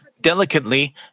delicately